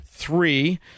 Three